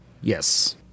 Yes